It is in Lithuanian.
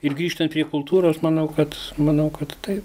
ir grįžtant prie kultūros manau kad manau kad taip